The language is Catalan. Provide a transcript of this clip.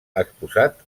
exposat